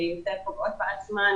יותר פוגעות בעצמן,